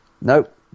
Nope